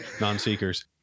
non-seekers